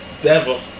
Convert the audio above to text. Devil